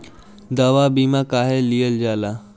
दवा बीमा काहे लियल जाला?